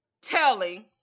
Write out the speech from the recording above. telling